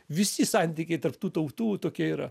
visi santykiai tarp tų tautų tokie yra